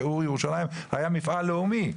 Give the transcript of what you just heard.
ייעור ירושלים זה היה מעפל לאומי.